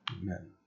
Amen